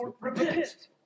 Repent